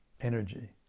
energy